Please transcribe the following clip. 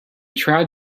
tried